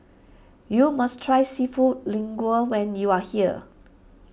you must try Seafood Linguine when you are here